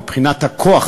מבחינת הכוח,